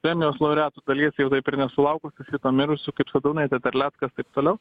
premijos laureatų dalies jau taip ir nesulaukusių šito mirusių kaip sadūnaitė terleckas taip toliau